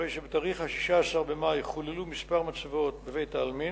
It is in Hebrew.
הרי ב-16 במאי חוללו כמה מצבות בבית-העלמין,